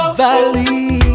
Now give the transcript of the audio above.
valley